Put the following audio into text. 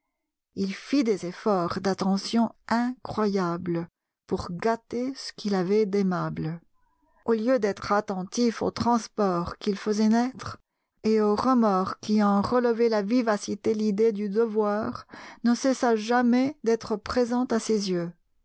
il fit des efforts d'attention incroyables pour gâter ce qu'il avait d'aimable au lieu d'être attentif aux transports qu'il faisait naître et aux remords qui en relevaient la vivacité l'idée du devoir ne cessa jamais d'être présente à ses yeux